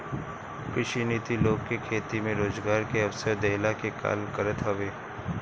कृषि नीति लोग के खेती में रोजगार के अवसर देहला के काल करत हवे